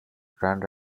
grand